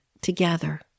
together